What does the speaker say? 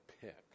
pick